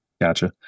Gotcha